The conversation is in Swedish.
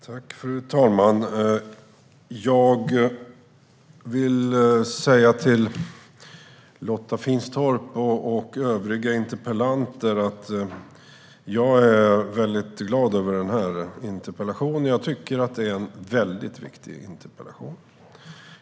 Fru talman! Jag vill säga till Lotta Finstorp och övriga i interpellationsdebatten att jag är väldigt glad över interpellationen. Jag tycker att det är en väldigt viktig interpellation.